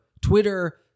Twitter